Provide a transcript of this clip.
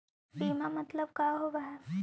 बीमा मतलब का होव हइ?